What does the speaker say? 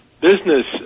business